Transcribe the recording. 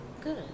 good